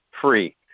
free